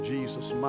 Jesus